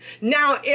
Now